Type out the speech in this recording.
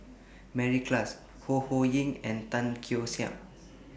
Mary Klass Ho Ho Ying and Tan Keong Saik